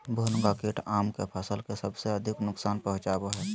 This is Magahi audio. भुनगा कीट आम के फसल के सबसे अधिक नुकसान पहुंचावा हइ